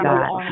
God